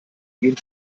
gehen